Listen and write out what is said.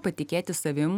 patikėti savim